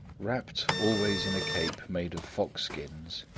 wrapped always in a cape made of fox-skins,